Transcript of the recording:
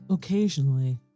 Occasionally